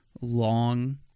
long